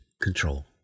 control